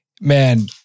man